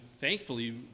thankfully